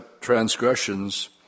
transgressions